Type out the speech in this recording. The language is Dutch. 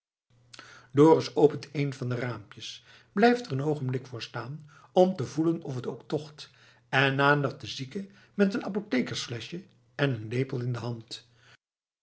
dorus opent een van de raampjes blijft er een oogenblik voor staan om te voelen of het ook tocht en nadert de zieke met een apothekersfleschje en een lepel in de hand